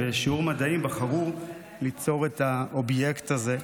בחרו בשיעור מדעים ליצור את האובייקט הזה,